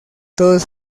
todos